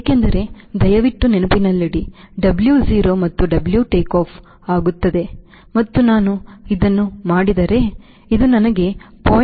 ಏಕೆಂದರೆ ದಯವಿಟ್ಟು ನೆನಪಿನಲ್ಲಿಡಿ Wo ಮತ್ತು W ಟೇಕ್ ಆಫ್ ಆಗುತ್ತದೆ ಮತ್ತು ನಾನು ಇದನ್ನು ಮಾಡಿದರೆ ಇದು ನನಗೆ 0